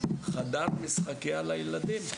משחקייה לילדים.